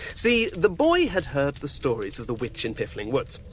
see, the boy had heard the stories of the witch in piffling woods.